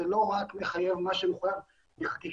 זה לא רק מה שמחויב בחקיקה,